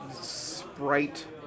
sprite